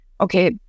okay